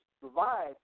provide